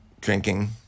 drinking